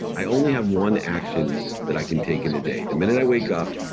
i only have one action that i can take in a day. the minute i wake up,